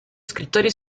scrittori